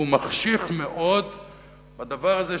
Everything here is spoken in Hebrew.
והוא מחשיך מאוד בדבר הזה,